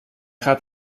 gaat